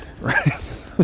Right